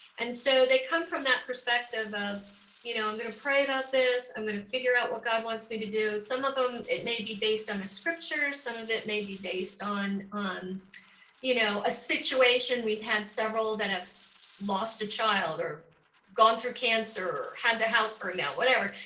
and so, they come from that perspective of you know i'm gonna pray about this, i'm gonna figure out what god wants me to do. some of em, it may be based on a scripture, some of it may be based on on you know a situation we've had several that have lost a child, or gone through cancer, the house burned down, whatever,